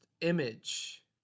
Image